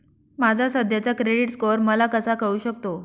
माझा सध्याचा credit score मला कसा कळू शकतो?